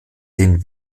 den